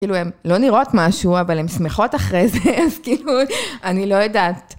כאילו, הן לא נראות משהו, אבל הן שמחות אחרי זה, אז כאילו, אני לא יודעת.